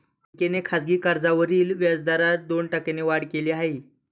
बँकेने खासगी कर्जावरील व्याजदरात दोन टक्क्यांनी वाढ केली आहे